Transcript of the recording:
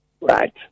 Right